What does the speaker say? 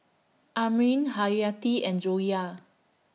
Amrin Haryati and Joyah